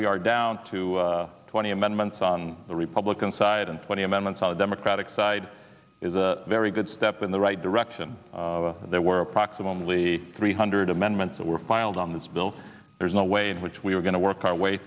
we are down to twenty amendments on the republican side and twenty amendments on the democratic side is a very good step in the right direction but there were approximately three hundred amendments that were filed on this bill there's no way in which we are going to work our way